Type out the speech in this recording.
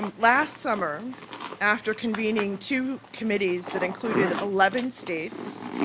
um last summer after convening two committees that included eleven states,